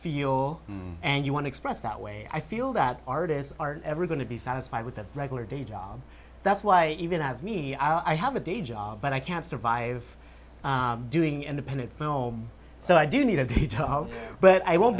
feel and you want to express that way i feel that artists are never going to be satisfied with a regular day job that's why even as me i have a day job but i can't survive doing independent film so i do need to detail how but i won't